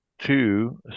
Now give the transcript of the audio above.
two